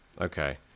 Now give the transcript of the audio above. Okay